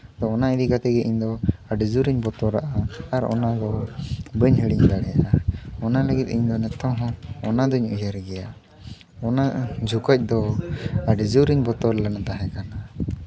ᱟᱫᱚ ᱚᱱᱟ ᱤᱫᱤ ᱠᱟᱛᱮ ᱜᱮ ᱤᱧᱫᱚ ᱟᱹᱰᱤ ᱡᱳᱨᱤᱧ ᱵᱚᱛᱚᱨᱟᱜᱼᱟ ᱟᱨ ᱚᱱᱟ ᱵᱷᱳᱨ ᱵᱟᱹᱧ ᱦᱤᱲᱤᱧ ᱫᱟᱲᱮᱭᱟᱜᱼᱟ ᱚᱱᱟ ᱞᱟᱹᱜᱤᱫ ᱤᱧᱫᱚ ᱱᱤᱛᱚᱝ ᱦᱚᱧ ᱩᱭᱦᱟᱹᱨ ᱜᱮᱭᱟ ᱚᱱᱟ ᱡᱚᱠᱷᱚᱡ ᱫᱚ ᱟᱹᱰᱤ ᱡᱳᱨ ᱤᱧ ᱵᱚᱛᱚᱨ ᱞᱮᱱ ᱛᱟᱦᱮᱸ ᱠᱟᱱᱟ